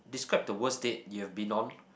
describe the worst date you've been on